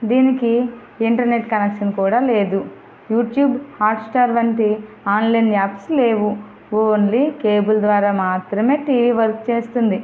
దీనికి internet connection కూడా లేదు యూట్యూబ్ హాట్స్టార్ వంటి ఆన్లైన్ యాప్స్ లేవు ఓన్లీ కేబుల్ ద్వారా మాత్రమే టీవీ వర్క్ చేస్తుంది